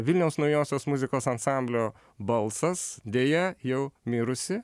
vilniaus naujosios muzikos ansamblio balsas deja jau mirusi